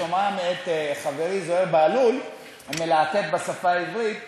בשומעם את חברי זוהיר בהלול המלהטט בשפה העברית,